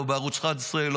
לא בערוץ 11,